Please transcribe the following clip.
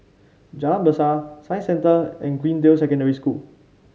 Jalan Besar Science Centre and Greendale Secondary School